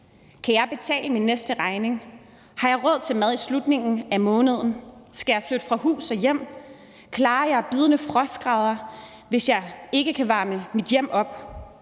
Kan jeg betale min næste regning? Har jeg råd til mad i slutningen af måneden? Skal jeg flytte fra hus og hjem? Klarer jeg bidende frostgrader, hvis jeg ikke kan varme mit hjem op?